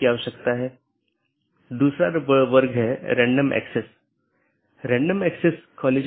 एक अन्य अवधारणा है जिसे BGP कंफेडेरशन कहा जाता है